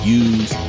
use